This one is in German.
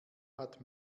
hat